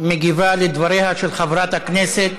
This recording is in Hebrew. מגיבה לדבריה של חברת הכנסת